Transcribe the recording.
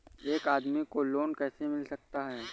एक आदमी को लोन कैसे मिल सकता है?